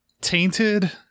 tainted